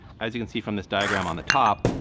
as you can see from this diagram on the top,